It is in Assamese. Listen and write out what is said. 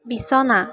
বিছনা